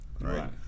Right